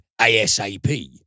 ASAP